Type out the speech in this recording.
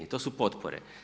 To su potpore.